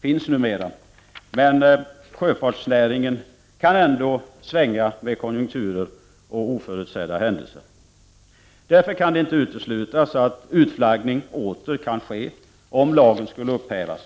finns numera. Men sjöfartsnäringen kan ändå svänga med konjunkturer och oförutsedda händelser. Därför kan det inte uteslutas att utflaggning åter kan ske om flagglagen upphävs.